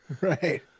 Right